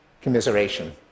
commiseration